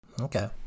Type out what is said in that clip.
okay